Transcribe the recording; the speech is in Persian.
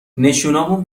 نشونامون